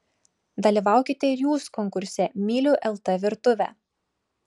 dalyvaukite ir jūs konkurse myliu lt virtuvę